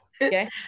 okay